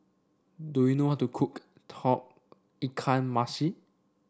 do you know how to cook Tauge Ikan Masin